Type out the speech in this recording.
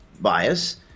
bias